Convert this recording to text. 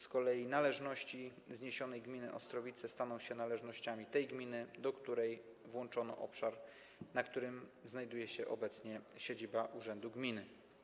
Z kolei należności zniesionej gminy Ostrowice staną się należnościami tej gminy, do której włączono obszar, na którym znajduje się obecnie siedziba urzędu gminy.